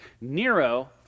Nero